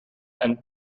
and